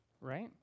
right